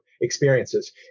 experiences